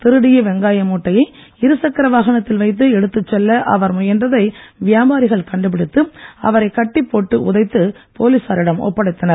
திருடிய வெங்காய மூட்டையை இருச்சக்கர வாகனத்தில் வைத்து எடுத்துச் செல்ல அவர் முயன்றதை வியாபாரிகள் கண்டுபிடித்து அவரைக் கட்டிப்போட்டு உதைத்து போலீசாரிடம் ஒப்படைத்தனர்